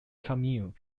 comune